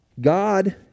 god